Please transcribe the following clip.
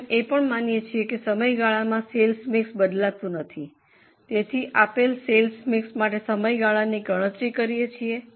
એમ એ પણ માનીએ છીએ કે સમયગાળામાં સેલ્સ મિક્સ બદલાતું નથી તેથી આપેલ સેલ્સ મિક્સ માટે સમયગાળાની ગણતરી કરીએ છીએ